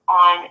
on